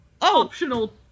Optional